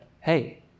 hey